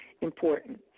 Important